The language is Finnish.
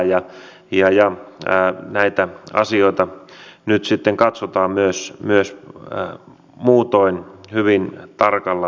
huvinsa kullakin eli tarkoitan että perussuomalaiset tykkäävät toisaalta myös puhua pakkoruotsista kun pakoista lähdetään puhumaan